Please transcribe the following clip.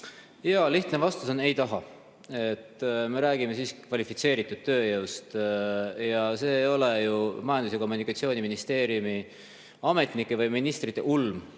Lihtne vastus on: ei taha. Me räägime siiski kvalifitseeritud tööjõust. See ei ole ju Majandus- ja Kommunikatsiooniministeeriumi ametnike või ministrite ulm.